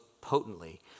potently